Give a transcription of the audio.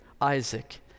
Isaac